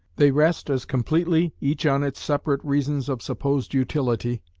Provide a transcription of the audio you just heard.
they rest as completely, each on its separate reasons of supposed utility,